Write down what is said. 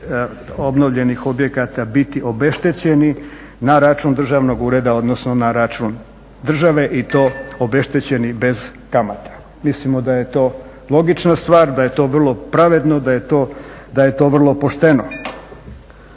obnovljenih objekata biti obeštećeni na račun državnog ureda odnosno na račun države i to obeštećeni bez kamata. Mislimo da je to logična stvar, da je to vrlo pravedno, da je to vrlo pošteno.